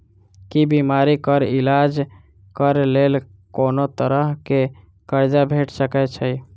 की बीमारी कऽ इलाज कऽ लेल कोनो तरह कऽ कर्जा भेट सकय छई?